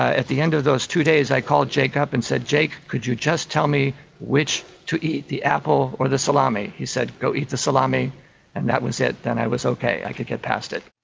at the end of those two days i called jake up and i said, jake, could you just tell me which to eat, the apple or the salami? he said, go eat the salami and that was it, then i was okay, i could get past it.